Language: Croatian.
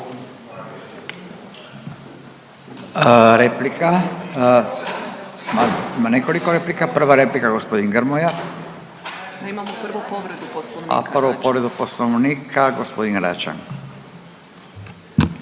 Replika, ima nekoliko replika. Prva replika gospodin Grmoja. …/Upadica: A imamo prvo povredu Poslovnika./… A prvo povredu Poslovnika, gospodin Račan.